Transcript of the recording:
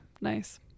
Nice